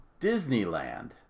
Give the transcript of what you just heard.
Disneyland